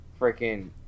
freaking